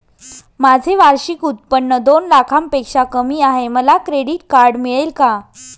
माझे वार्षिक उत्त्पन्न दोन लाखांपेक्षा कमी आहे, मला क्रेडिट कार्ड मिळेल का?